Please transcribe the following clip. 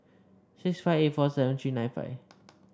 six five eight four seven three nine five